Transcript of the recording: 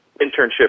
internship